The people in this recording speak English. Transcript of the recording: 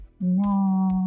No